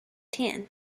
tan